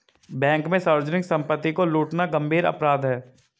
bank में सार्वजनिक सम्पत्ति को लूटना गम्भीर अपराध है